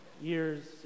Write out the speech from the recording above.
years